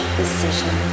decision